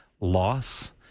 loss